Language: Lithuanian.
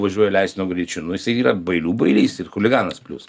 važiuoja leistinu greičiu nu jisai yra bailių bailys ir chuliganas plius